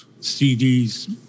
CDs